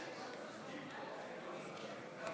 זהבה,